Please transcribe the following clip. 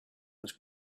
was